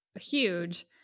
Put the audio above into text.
huge